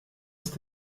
ist